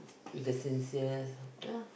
with the sincere